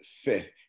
fifth